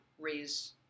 raise